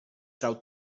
trau